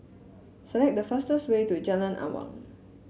select the fastest way to Jalan Awang